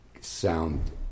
sound